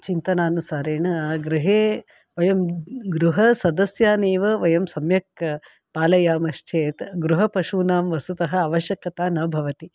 चिन्तनानुसारेण गृहे वयं गृहसदस्यान् एव वयं सम्यक् पालयामश्चेत् गृहपशूनां वस्तुतः आवश्यकता न भवति